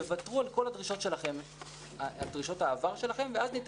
תוותרו על כל דרישות העבר שלכם ואז ניתן